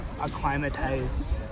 acclimatize